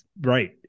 right